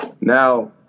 now